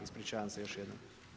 Ispričavam se još jednom.